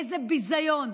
איזה ביזיון.